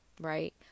right